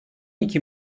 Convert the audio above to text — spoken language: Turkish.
iki